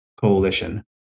coalition